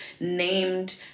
named